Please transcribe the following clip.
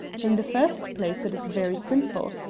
in the first place it is very simple.